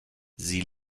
sie